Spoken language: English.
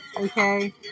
okay